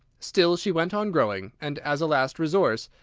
still she went on growing, and, as a last resource,